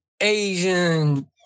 Asian